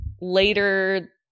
later